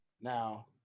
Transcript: Now